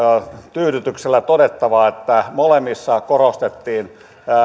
tyydytyksellä todettava että molemmissa korostettiin